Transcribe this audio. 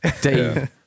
Dave